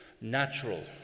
natural